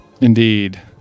Indeed